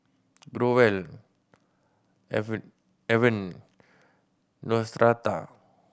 Growell Avene Neostrata